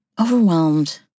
Overwhelmed